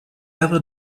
ever